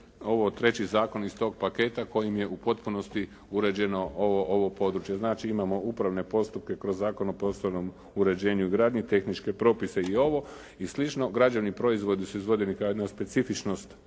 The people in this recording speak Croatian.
treći zakon iz tog paketa kojim je u potpunosti uređeno ovo područje. Znači imamo upravne postupke kroz Zakon o prostornom uređenju i gradnji, tehničke propise i ovo i slično. Građevni proizvodi su izvođeni kao jedna specifičnost